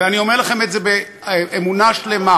אני אומר לכם את זה באמונה שלמה,